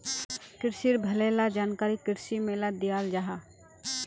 क्रिशिर भले ला जानकारी कृषि मेलात दियाल जाहा